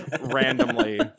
randomly